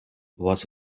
was